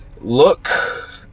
Look